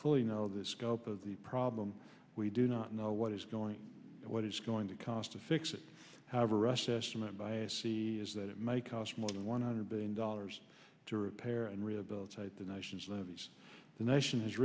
full you know the scope of the problem we do not know what is going what it's going to cost to fix it however rushed estimate by a c e o is that it may cost more than one hundred billion dollars to repair and rehabilitate the nation